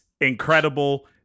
incredible